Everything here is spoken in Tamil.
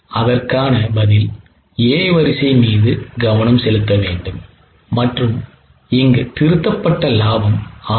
அதற்கான பதில் A வரிசை மீது கவனம் செலுத்த வேண்டும் மற்றும் இங்கு திருத்தப்பட்ட லாபம் 1070